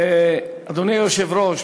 אדוני היושב-ראש,